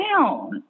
down